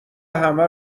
همه